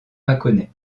mâconnais